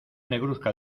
negruzca